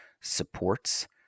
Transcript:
supports